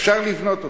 אפשר לבנות אותן,